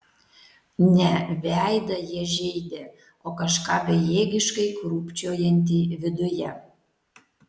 ne veidą jie žeidė o kažką bejėgiškai krūpčiojantį viduje